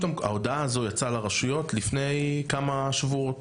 ההודעה הזו יצאה לרשויות לפני כמה שבועות.